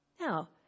Now